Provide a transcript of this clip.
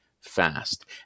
fast